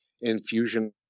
infusion